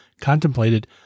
contemplated